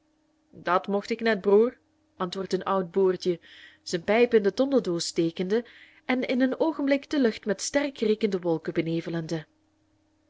dat mocht ik net broer antwoordt een oud boertje zijn pijp in de tondeldoos stekende en in een oogenblik de lucht met sterkriekende wolken benevelende